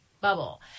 bubble